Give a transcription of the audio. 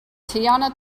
teyana